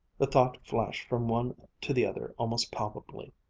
the thought flashed from one to the other almost palpably,